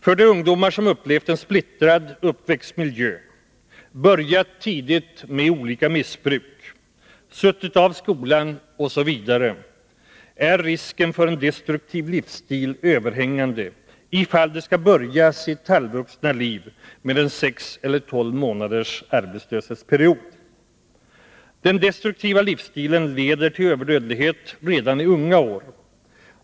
För de ungdomar som upplevt en splittrad uppväxtmiljö, börjat tidigt med olika missbruk, suttit av skolan osv. är risken för en destruktiv livsstil överhängande, ifall de skall börja sitt ”halvvuxna liv” med en sex eller tolv månader lång arbetslöshetsperiod. Den destruktiva livsstilen leder till överdödlighet redan i unga år.